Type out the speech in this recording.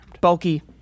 Bulky